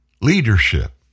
leadership